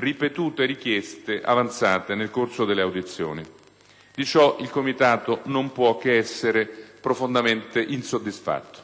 ripetute richieste avanzate nel corso delle audizioni: di ciò il Comitato non può che essere profondamente insoddisfatto,